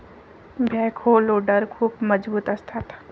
backhoe loader खूप मजबूत असतात